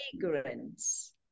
fragrance